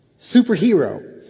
superhero